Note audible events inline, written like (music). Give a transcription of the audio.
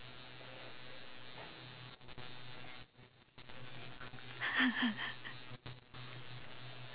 (laughs)